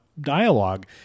dialogue